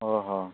ଓହୋ